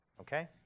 Okay